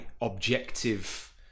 objective